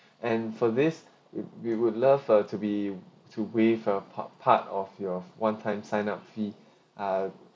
and for this we would love uh to be to waive a part part of your one time sign up fee ah